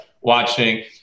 watching